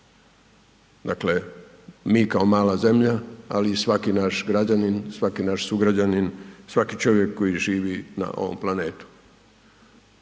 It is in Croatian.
Dakle, mi kao mala zemlja, ali i svaki naš građanin, svaki naš sugrađan, svaki čovjek koji živi na ovom planetu.